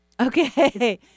Okay